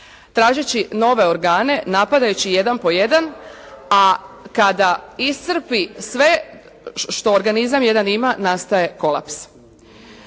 tražeći nove organe, napadajući jedan po jedan, a kada iscrpi sve što organizam jedan ima nastaje kolaps.